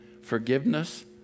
forgiveness